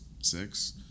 six